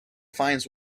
finds